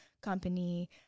company